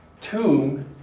tomb